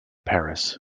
paris